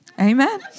amen